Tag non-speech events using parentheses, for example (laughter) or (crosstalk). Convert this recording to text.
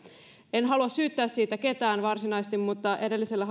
en halua syyttää siitä ketään varsinaisesti mutta edellisellä (unintelligible)